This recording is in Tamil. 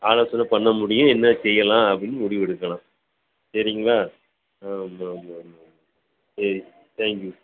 ஆலோசனை பண்ண முடியும் என்ன செய்யலாம் அப்படின்னு முடிவெடுக்கலாம் சரிங்களா ஆமாம் ஆமாம் ஆமாம் சரி தேங்க்யூ